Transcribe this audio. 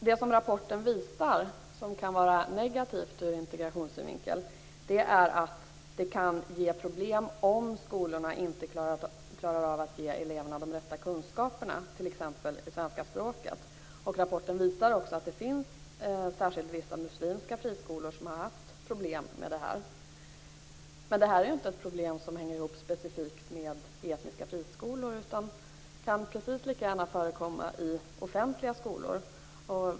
Det rapporten visar som kan vara negativt ur integrationssynvinkel är att det kan ge problem om skolorna inte klarar av att ge eleverna de rätta kunskaperna, t.ex. i svenska språket. Rapporten visar att det finns särskilt vissa muslimska friskolor som har haft problem med det. Men det är inte ett problem som hänger ihop specifikt med etniska friskolor. Det kan precis lika gärna förekomma i offentliga skolor.